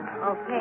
Okay